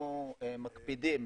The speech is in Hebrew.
אנחנו מקפידים.